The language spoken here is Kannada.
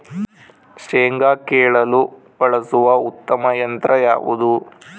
ಶೇಂಗಾ ಕೇಳಲು ಬಳಸುವ ಉತ್ತಮ ಯಂತ್ರ ಯಾವುದು?